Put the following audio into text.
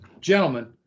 gentlemen